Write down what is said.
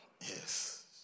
Yes